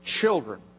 children